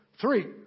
three